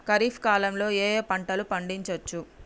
ఖరీఫ్ కాలంలో ఏ ఏ పంటలు పండించచ్చు?